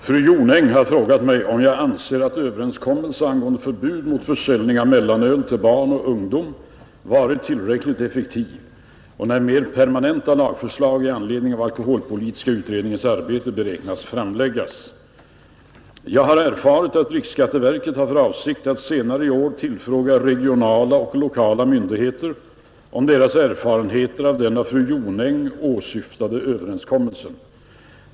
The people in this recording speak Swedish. Fru talman! Fru Jonäng har frågat mig om jag anser att överenskommelsen angående förbud mot försäljning av mellanöl till barn och ungdom varit tillräckligt effektiv och när mer permanenta lagförslag i anledning av alkoholpolitiska utredningens arbete beräknas framläggas. Jag har erfarit att riksskatteverket har för avsikt att senare i år tillfråga regionala och lokala myndigheter om deras erfarenheter av den av fru Jonäng åsyftade överenskommelsen.